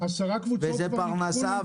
וזה פרנסה.